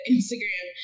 Instagram